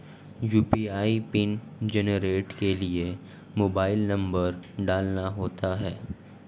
UPI PIN generate के लिए mobile number डालना होता है